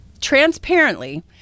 Transparently